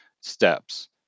steps